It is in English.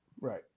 Right